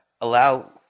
allow